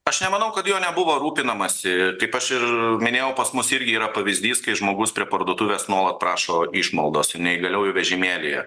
aš nemanau kad juo nebuvo rūpinamasi kaip aš ir minėjau pas mus irgi yra pavyzdys kai žmogus prie parduotuvės nuolat prašo išmaldos neįgaliųjų vežimėlyje